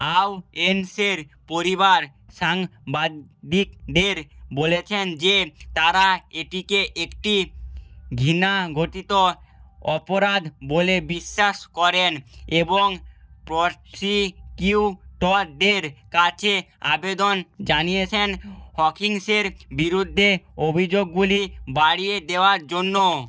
আওয়েন্সের পরিবার সাংবাদিকদের বলেছেন যে তারা এটিকে একটি ঘৃণাঘটিত অপরাধ বলে বিশ্বাস করেন এবং প্রসিকিউটরদের কাছে আবেদন জানিয়েছেন হকিন্সের বিরুদ্ধে অভিযোগগুলি বাড়িয়ে দেওয়ার জন্য